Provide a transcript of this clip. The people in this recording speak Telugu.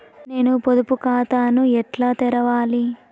నేను పొదుపు ఖాతాను ఎట్లా తెరవాలి?